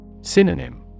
Synonym